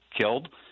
killed